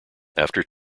after